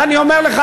ואני אומר לך,